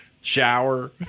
Shower